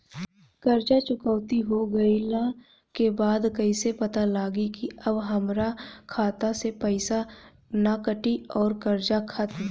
कर्जा चुकौती हो गइला के बाद कइसे पता लागी की अब हमरा खाता से पईसा ना कटी और कर्जा खत्म?